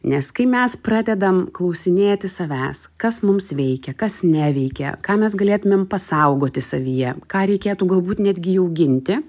nes kai mes pradedam klausinėti savęs kas mums veikia kas neveikia ką mes galėtumėm pasaugoti savyje ką reikėtų galbūt netgi jau ginti